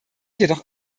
jedoch